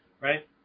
Right